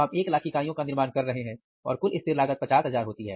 हम एक लाख इकाइयों का निर्माण कर रहे हैं और कुल स्थिर लागत ₹50000 होती है